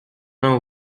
mains